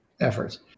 efforts